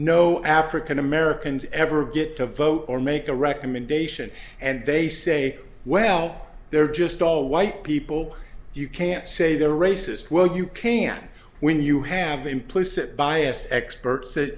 no african americans ever get to vote or make a recommendation and they say well they're just all white people you can't say they're racist well you can when you have implicit bias experts